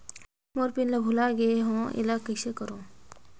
मोर pin ला भुला गे हो एला कइसे करो?